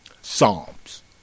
Psalms